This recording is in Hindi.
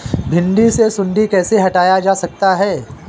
भिंडी से सुंडी कैसे हटाया जा सकता है?